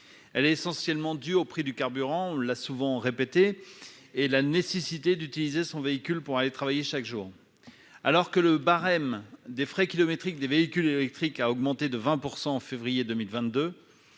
elle est essentiellement due au prix du carburant l'a souvent répété et la nécessité d'utiliser son véhicule pour aller travailler chaque jour alors que le barème des frais kilométriques des véhicules électriques, a augmenté de 20 % en février 2022